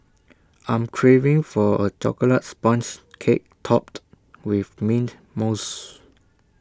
I am craving for A Chocolate Sponge Cake Topped with Mint Mousse